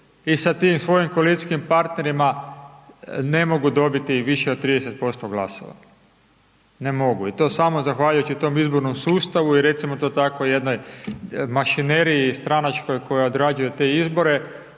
I sa tim svojim koalicijskim partnerima ne mogu dobiti više od 30% glasova. Ne mogu i to samo zahvaljujući tom izbornom sustavu i recimo to tako jednoj mašineriji stranačkoj koja odrađuje te izbore